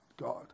God